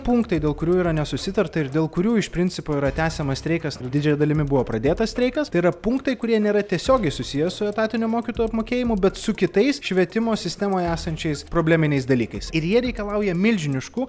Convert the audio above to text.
punktai dėl kurių yra nesusitarta ir dėl kurių iš principo yra tęsiamas streikas didžiąja dalimi buvo pradėtas streikas tai yra punktai kurie nėra tiesiogiai susiję su etatiniu mokytojų apmokėjimu bet su kitais švietimo sistemoje esančiais probleminiais dalykais ir jie reikalauja milžiniškų